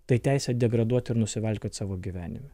tai teisė degraduot ir nusivalkiot savo gyvenime